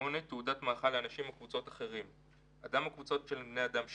מתנדב בארגון תעודת 8. אדם או קבוצה של בני אדם,